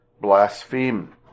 blaspheme